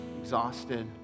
exhausted